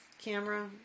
camera